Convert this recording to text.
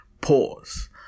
pause